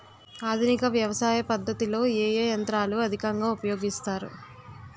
ఆధునిక వ్యవసయ పద్ధతిలో ఏ ఏ యంత్రాలు అధికంగా ఉపయోగిస్తారు?